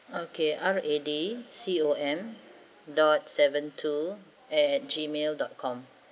okay R A D C O M dot seven two at gmail dot com